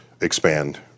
expand